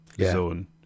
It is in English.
zone